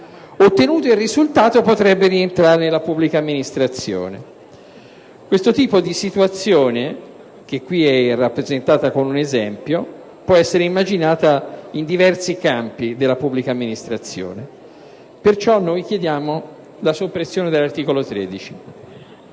Ottenuto il risultato, potrebbe poi rientrare nella pubblica amministrazione. Questa situazione, che ho voluto rappresentare con un esempio, può essere immaginata in diversi campi della pubblica amministrazione. È per questo motivo che chiediamo la soppressione dell'articolo 13.